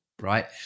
right